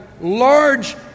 large